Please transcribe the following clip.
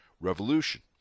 revolution